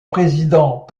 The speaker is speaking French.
président